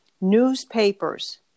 newspapers